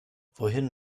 wohin